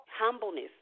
Humbleness